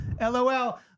LOL